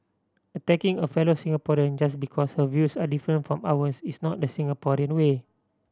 attacking a fellow Singaporean just because her views are different from ours is not the Singaporean way